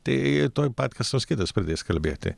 tai tuoj pat kas nors kitas pradės kalbėti